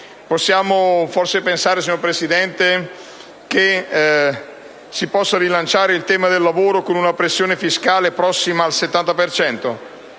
Possiamo forse pensare, signor Presidente, che si possa rilanciare il tema del lavoro con una pressione fiscale prossima al 70